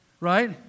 right